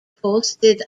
posted